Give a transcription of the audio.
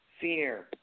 fear